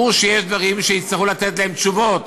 ברור שיש דברים שיצטרכו לתת עליהם תשובות,